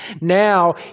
Now